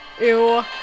Ew